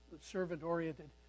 servant-oriented